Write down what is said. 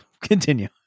continue